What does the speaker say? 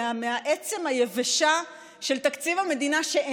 מהעצם היבשה של תקציב המדינה,